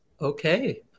Okay